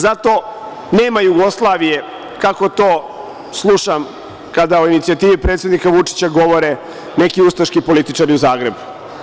Zato nema Jugoslavije, kako to slušam kada o inicijativi predsednika Vučića govore neki ustaški političari u Zagrebu.